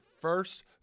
first